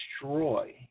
destroy